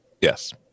yes